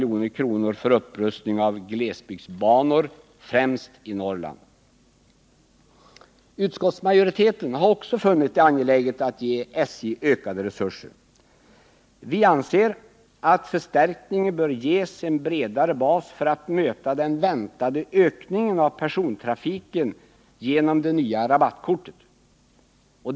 Utskottsmajoriteten har också funnit det angeläget att ge SJ ökade resurser. Vi anser att förstärkningen bör ges en bredare bas för att möta den väntade ökningen av persontrafiken genom det nya rabattkortet.